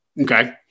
Okay